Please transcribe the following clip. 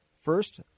First